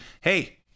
hey